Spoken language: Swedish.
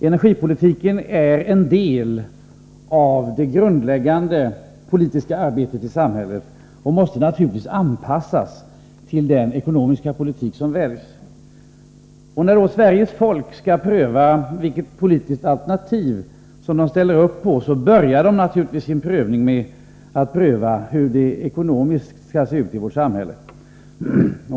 Energipolitiken är en del av det grundläggande politiska arbetet i samhället och måste naturligtvis anpassas till den ekonomiska politik som väljs. När Sveriges folk skall pröva vilket politiskt alternativ som det kan ställa sig bakom, börjar människorna naturligtvis sin prövning med frågan hur det ekonomiskt skall se ut i vårt samhälle.